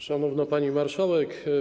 Szanowna Pani Marszałek!